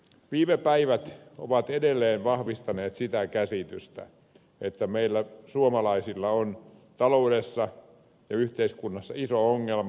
viime päivät ovat edelleen vahvistaneet sitä käsitystä että meillä suomalaisilla on taloudessa ja yhteiskunnassa iso ongelma